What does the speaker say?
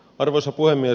arvoisa puhemies